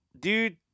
dude